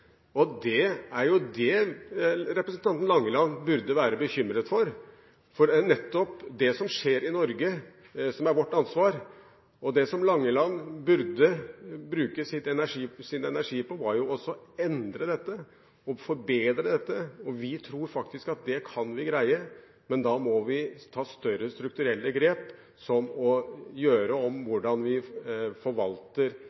siden. Det er jo det representanten Langeland burde være bekymret for. Det er nettopp det som skjer i Norge, som er vårt ansvar. Det Langeland burde bruke sin energi på, er å endre dette – forbedre dette. Vi tror faktisk at det kan vi greie, men da må vi ta større strukturelle grep, som å gjøre om